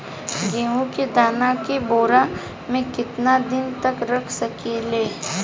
गेहूं के दाना के बोरा में केतना दिन तक रख सकिले?